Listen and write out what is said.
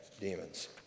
demons